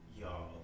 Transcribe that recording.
y'all